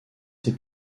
ses